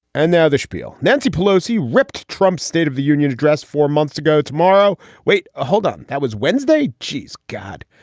and now the schpiel nancy pelosi ripped trump's state of the union address four months ago tomorrow. wait, ah hold on. that was wednesday. god.